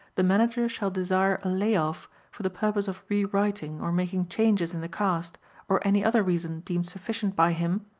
the manager shall desire a lay off for the purpose of re-writing or making changes in the cast or any other reason deemed sufficient by him,